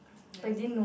lesbian